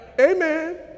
Amen